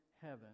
heaven